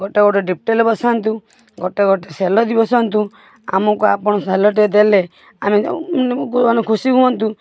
ଗୋଟେ ଗୋଟେ ଡିପଟେଲ୍ ବସାନ୍ତୁ ଗୋଟେ ଗୋଟେ ସେଲରି ବସାନ୍ତୁ ଆମୁକୁ ଆପଣ ସେଲଟେ ଦେଲେ ଆମେ ଖୁସି ହୁଅନ୍ତୁ